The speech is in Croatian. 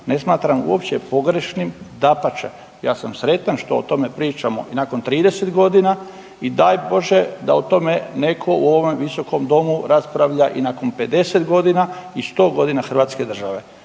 ne smatram uopće pogrešnim, dapače ja sam sretan što o tome pričamo nakon 30 godina i daj Bože da o tome netko u ovom visokom domu raspravlja i nakon 50 godina i 100 godina hrvatske države.